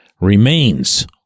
remains